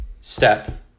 step